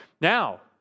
Now